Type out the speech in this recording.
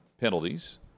penalties